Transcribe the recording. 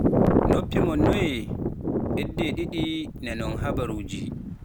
Noppi mon noye? Ɓeddee ɗiɗi nanon habaruuji.